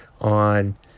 on